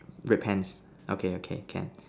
red pants okay okay can